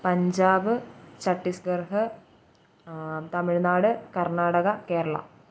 Punjab Chhattisgarh Tamil Nadu Karnataka Keralam